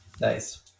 nice